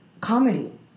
comedy